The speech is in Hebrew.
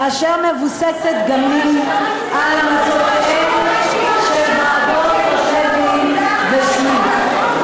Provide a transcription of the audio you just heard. ואשר מבוססת גם היא על המלצותיהן של ועדות רוטלוי ושניט.